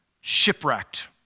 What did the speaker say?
shipwrecked